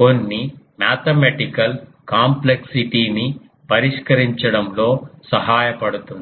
కొన్ని mathematical complexity ని పరిష్కరించడంలో సహాయపడుతుంది